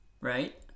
Right